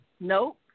Nope